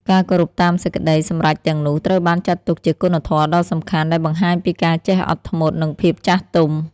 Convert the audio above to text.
ការគោរពតាមសេចក្តីសម្រេចទាំងនោះ ត្រូវបានចាត់ទុកជាគុណធម៌ដ៏សំខាន់ ដែលបង្ហាញពីការចេះអត់ធ្មត់ និងភាពចាស់ទុំ។